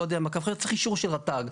לא יודע צריכות אישור של רט"ג.